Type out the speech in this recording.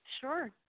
Sure